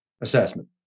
assessment